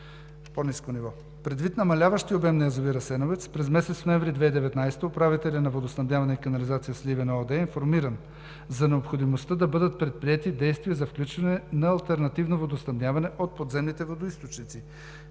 по-ниско ниво. Предвид намаляващия обем на язовир „Асеновец“ през месец ноември 2019 г. управителят на „Водоснабдяване и канализация – Сливен“ ООД е информиран за необходимостта да бъдат предприети действия за включване на алтернативно водоснабдяване от подземните водоизточници,